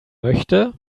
möchte